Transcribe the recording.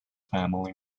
family